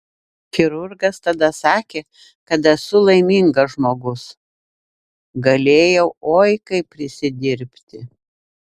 chirurgas tada sakė kad esu laimingas žmogus galėjau oi kaip prisidirbti